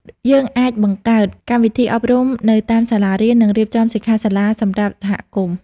យើងអាចបង្កើតកម្មវិធីអប់រំនៅតាមសាលារៀន និងរៀបចំសិក្ខាសាលាសម្រាប់សហគមន៍។